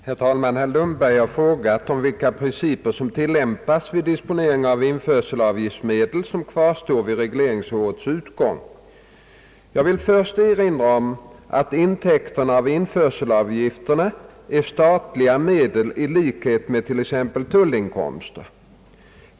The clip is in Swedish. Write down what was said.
Herr talman! Herr Lundberg har frågat om vilka principer som tillämpas vid disponeringen av införselavgiftsmedel som kvarstår vid regleringsårets utgång. Jag vill först erinra om att intäkterna av införselavgifterna är statliga medel i likhet med t.ex. tullinkomster.